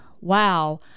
wow